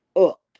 up